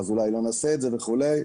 אולי לא נעשה את זה וכולי.